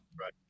Right